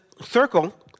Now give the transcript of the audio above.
circle